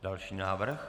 Další návrh?